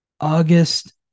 august